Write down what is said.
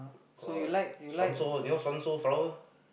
got Suanso you know Suanso flower